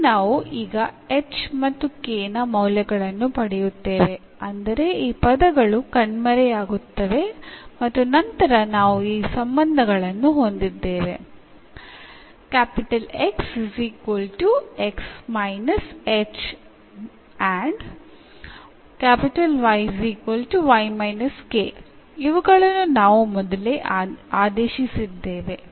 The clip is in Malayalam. അതിനാൽ ഇവിടെ നമുക്ക് എന്നിവയുടെ മൂല്യങ്ങൾ ലഭിക്കും അതായത് എന്നിവ അപ്രത്യക്ഷമാവുകയും ഇതിനകം നമ്മൾ സബ്സ്റ്റിറ്റ്യൂട്ട് ചെയ്തിട്ടുള്ള എന്നിവ തമ്മിലുള്ള ബന്ധങ്ങൾ ഉണ്ടാവുകയും ചെയ്യുന്നു